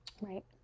right